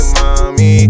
mommy